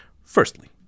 Firstly